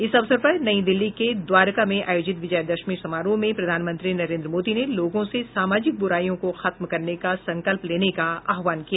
इस अवसर पर नई दिल्ली के द्वारका में आयोजित विजयादशमी समारोह में प्रधानमंत्री नरेन्द्र मोदी ने लोगों से सामाजिक बुराईयों को खत्म करने का संकल्प लेने का आह्वान किया